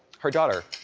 her daughter,